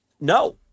no